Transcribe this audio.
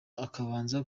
akabanza